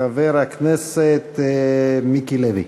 חבר הכנסת מיקי לוי.